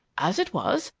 as it was,